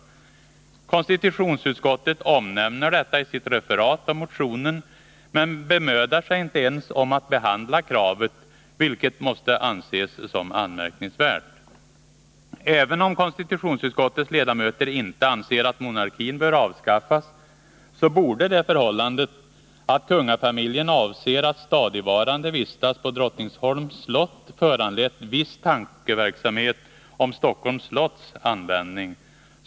Konstitutionsutskottet omnämner detta i sitt referat av motionen, men bemödar sig inte ens om att behandla kravet, vilket måste anses som anmärkningsvärt. Även om konstitutionsutskottets ledamöter inte anser att monarkin bör avskaffas, så borde det förhållandet att kungafamiljen avser att stadigvarande vistas på Drottningholms slott ha föranlett viss tankeverksamhet i fråga om Stockholms slotts användning.